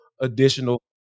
additional